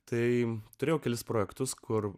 tai turėjo kelis projektus kur